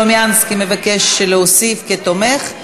חבר הכנסת סלומינסקי מבקש להוסיף כתומך.